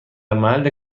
محل